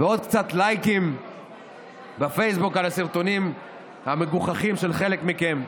ועוד קצת לייקים בפייסבוק על הסרטונים המגוחכים של חלק מכם.